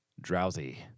drowsy